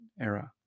era